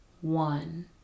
one